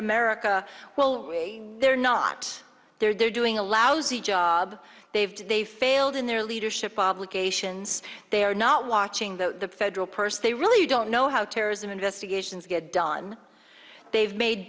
america well they're not they're doing a lousy job they've they failed in their leadership obligations they are not watching the federal purse they really don't know how terrorism investigations get done they've made